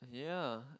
yeah